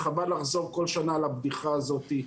וחבל לחזור כל שנה על הבדיחה הזאת.